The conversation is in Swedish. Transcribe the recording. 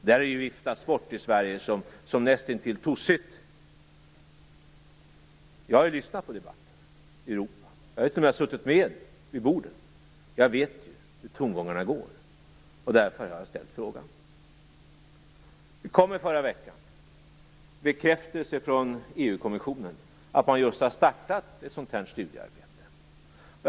Det har viftats bor i Sverige som nästintill tossigt. Jag har lyssnat på debatten i Europa. Jag har t.o.m. suttit med vid borden. Jag vet hur tongångarna går, och därför har jag ställt frågan. I förra veckan kom en bekräftelse från EU kommissionen på att man just har startat ett sådant studiearbete.